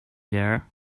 there